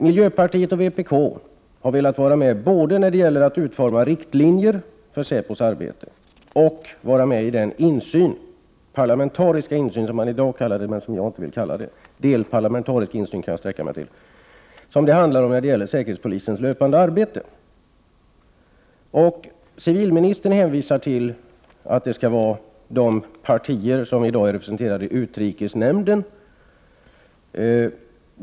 Miljöpartiet och vpk har velat vara med både när det gäller att utforma riktlinjer för säpos arbete och när det gäller att få den parlamentariska insyn som man i dag kallar det men som jag inte vill kalla det — delparlamentarisk insyn kan jag sträcka mig till — som det handlar om i säkerhetspolisens löpande arbete. Civilministern hänvisar till att det skall vara de partier som i dag är representerade i utrikesnämnden.